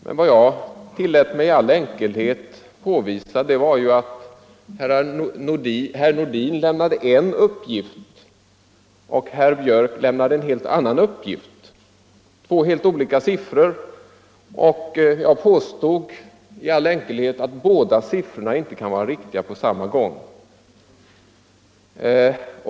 Men vad jag i all enkelhet tillät mig påvisa var att herr Nordin lämnade en siffra och herr Björck i Nässjö en annan, och jag påstod att båda siffrorna inte kunde vara riktiga på samma gång.